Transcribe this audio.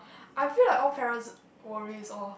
I feel like all parents worries orh